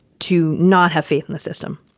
to not have faith in the system.